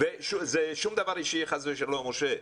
וזה שום דבר אישי חס ושלום משה,